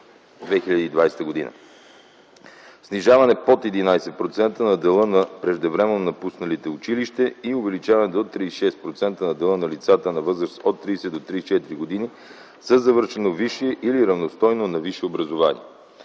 2020 г., снижаване под 11% на дела на преждевременно напусналите училище и увеличаване до 36% на дела на лицата на възраст от 30 до 34 години със завършено висше или равностойно на висше образование.